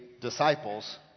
disciples